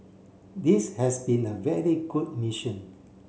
this has been a very good mission